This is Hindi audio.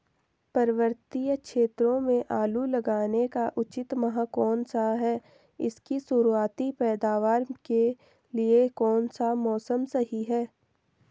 पर्वतीय क्षेत्रों में आलू लगाने का उचित माह कौन सा है इसकी शुरुआती पैदावार के लिए कौन सा मौसम सही है?